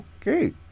Okay